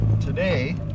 today